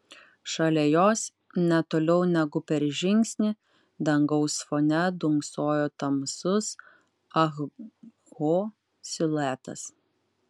šalia jos ne toliau negu per žingsnį dangaus fone dunksojo tamsus ah ho siluetas